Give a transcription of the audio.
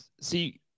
See